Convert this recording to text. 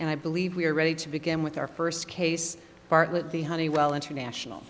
and i believe we are ready to begin with our first case bartlet the honeywell international